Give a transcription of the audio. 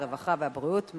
הרווחה והבריאות,